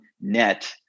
net